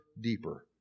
deeper